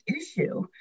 issue